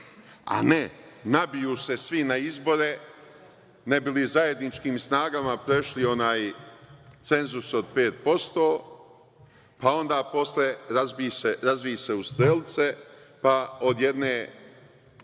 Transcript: a ne nabiju se svi na izbore, ne bi li zajedničkim snagama prešli onaj cenzus od 5%, pa onda posle razvi se u strelce, pa od jedne